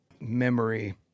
memory